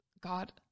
God